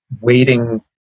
waiting